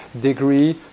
degree